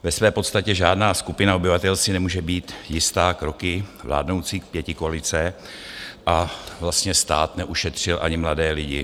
Ve své podstatě žádná skupina obyvatel si nemůže být jistá kroky vládnoucí pětikoalice a vlastně stát neušetřil ani mladé lidi.